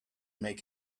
make